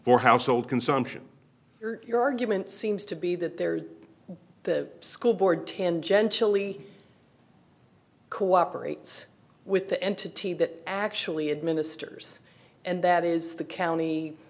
for household consumption or your argument seems to be that there the school board tangentially cooperates with the entity that actually administers and that is the county